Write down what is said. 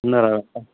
ಇನ್ನೂರ ಅರುವತ್ತಾ